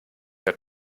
der